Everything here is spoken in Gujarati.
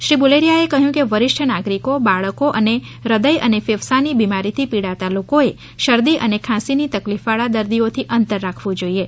શ્રી બુલેરીયાએ કહ્યું કે વરિષ્ટ નાગરિકો બાળકો અને હ્રદય અને ફેફસાંની બિમારીથી પીડાતા લોકોએ શરદી અને ખાંસીની તકલીફવાળા દર્દીઓથી અંતર રાખવું જોઇએ